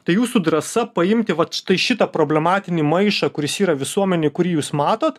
tai jūsų drąsa paimti vat štai šitą problematinį maišą kuris yra visuomenėj kurį jūs matot